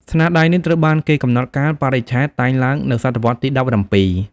ស្នាដៃនេះត្រូវបានគេកំណត់កាលបរិច្ឆេទតែងឡើងនៅសតវត្សរ៍ទី១៧។